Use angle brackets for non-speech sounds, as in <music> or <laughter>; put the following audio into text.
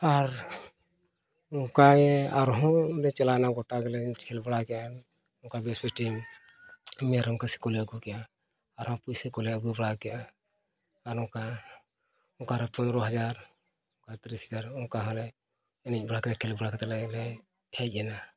ᱟᱨ ᱚᱱᱠᱟ ᱜᱮ ᱟᱨᱦᱚᱸ ᱞᱮ ᱪᱟᱞᱟᱣᱱᱟ ᱜᱳᱴᱟ ᱜᱮᱞᱮ ᱠᱷᱮᱞ ᱵᱟᱲᱟ ᱠᱮᱜᱼᱟ ᱱᱚᱝᱠᱟ ᱵᱮᱥ <unintelligible> ᱢᱮᱨᱚᱢ ᱠᱷᱟᱸᱥᱤ ᱠᱚᱞᱮ ᱟᱹᱜᱩ ᱠᱮᱜᱼᱟ ᱟᱨᱦᱚᱸ ᱯᱚᱭᱥᱟ ᱠᱚᱞᱮ ᱟᱹᱜᱩ ᱵᱟᱲᱟ ᱠᱮᱜᱼᱟ ᱟᱨ ᱱᱚᱝᱠᱟ ᱚᱠᱟᱨᱮ ᱯᱚᱱᱨᱚ ᱦᱟᱡᱟᱨ ᱚᱠᱟᱨᱮ ᱛᱤᱨᱤᱥ ᱦᱟᱡᱟᱨ ᱚᱱᱠᱟ ᱦᱚᱸᱞᱮ ᱮᱱᱮᱡ ᱵᱟᱲᱟ ᱠᱮᱜᱼᱟ ᱠᱷᱮᱞ ᱵᱟᱲᱟ ᱠᱟᱛᱮᱫ ᱞᱮ ᱦᱮᱡ ᱮᱱᱟ